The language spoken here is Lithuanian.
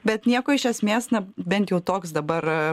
bet nieko iš esmės na bent jau toks dabar